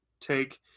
take